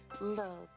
Love